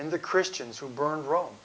and the christians who burned rome